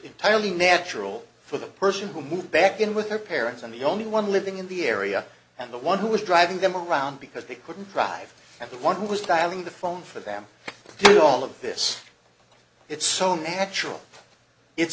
entirely natural for the person who moved back in with their parents and the only one living in the area and the one who was driving them around because they couldn't drive and the one who was dialing the phone for them doing all of this it's so natural it's